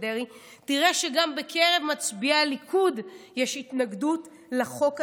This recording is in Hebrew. דרעי תראה שגם בקרב מצביעי הליכוד יש התנגדות לחוק הזה,